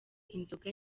inzoga